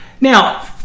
Now